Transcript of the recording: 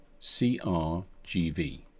CRGV